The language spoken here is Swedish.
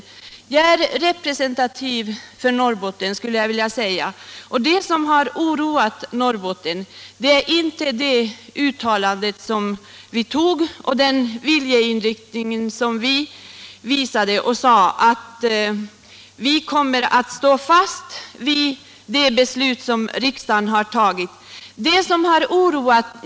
Jag är, skulle jag vilja säga, representativ för Norrbotten, och jag vill påstå att det som oroat norrbottningarna inte är det uttalande vi antog eller den viljeinriktning vi visat, nämligen att vi kommer att stå fast vid det beslut som riksdagen fattat.